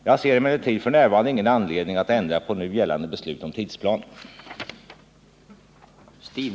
Jag ser emellertid f.n. ingen anledning att ändra på nu gällande beslut och tidsplan.